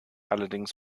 allerdings